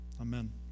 Amen